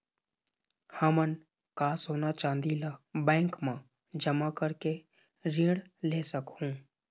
हमन का सोना चांदी ला बैंक मा जमा करके ऋण ले सकहूं?